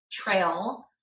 trail